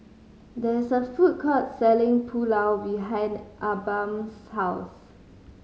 there is a food court selling Pulao behind Abram's house